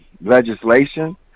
Legislation